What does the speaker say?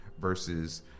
versus